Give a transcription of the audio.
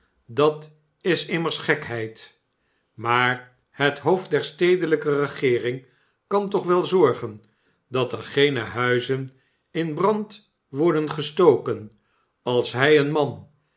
dat is immers gekheid maar het hoofd der stedelijke regeering kan toch wel zorgen dat er geene huizen in brand worden gestoken als hij een man